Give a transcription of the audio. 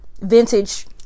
vintage